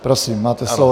Prosím, máte slovo.